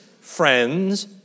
friends